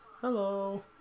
Hello